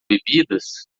bebidas